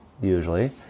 usually